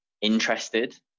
interested